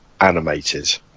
animated